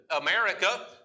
America